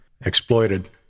exploited